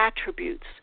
attributes